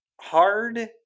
hard